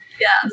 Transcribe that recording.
Yes